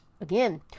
Again